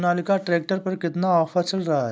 Sonalika tractor पर कितना offer चल रहा है?